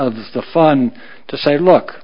of the fund to say look